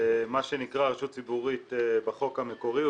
מה שנקרא רשות ציבורית בחוק המקורי,